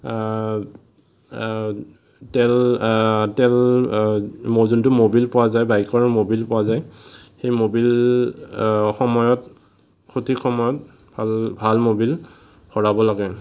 তেল তেল যোনটো মবিল পোৱা যায় বাইকৰ মবিল পোৱা যায় সেই মবিল সময়ত সঠিক সময়ত ভাল ভাল মবিল ভৰাব লাগে